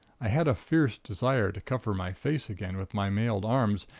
i had a fierce desire to cover my face again with my mailed arms,